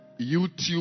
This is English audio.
YouTube